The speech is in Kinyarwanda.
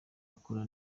akora